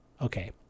Okay